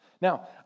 Now